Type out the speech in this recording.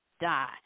die